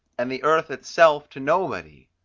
and the earth itself to nobody!